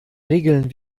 regeln